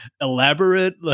elaborate